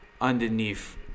underneath